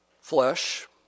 flesh